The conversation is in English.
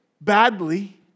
badly